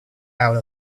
out